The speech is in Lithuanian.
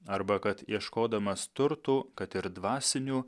arba kad ieškodamas turtų kad ir dvasinių